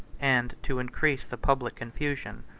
and to increase the public confusion.